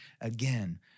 again